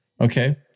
Okay